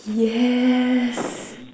yes